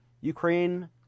Ukraine